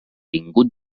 vingut